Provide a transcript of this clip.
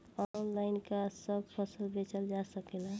Online का सब फसल बेचल जा सकेला?